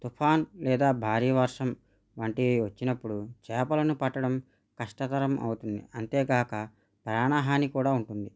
తుఫాన్ లేదా భారీ వర్షం వంటివి వచ్చినప్పుడు చేపలను పట్టడం కష్టతరం అవుతుంది అంతేకాక ప్రాణహాని కూడా ఉంటుంది